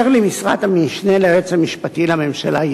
אשר למשרת המשנה ליועץ המשפטי לממשלה,